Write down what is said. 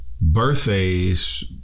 birthdays